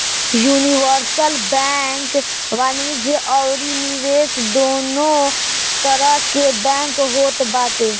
universal bank वाणिज्य अउरी निवेश दूनो तरह के बैंक होत बाटे